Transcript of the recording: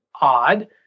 Odd